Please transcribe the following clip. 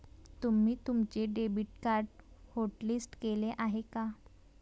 तुम्ही तुमचे debit card hotlist केले आहे का?